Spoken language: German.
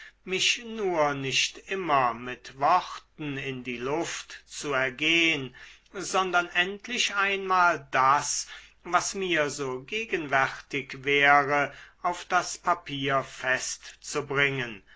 mich nur nicht immer mit worten in die luft zu ergehn sondern endlich einmal das was mir so gegenwärtig wäre auf das papier festzubringen